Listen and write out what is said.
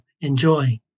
enjoy